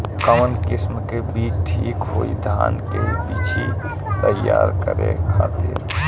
कवन किस्म के बीज ठीक होई धान के बिछी तैयार करे खातिर?